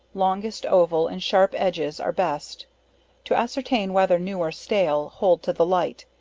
longest oval and sharp ends are best to ascertain whether new or stale hold to the light,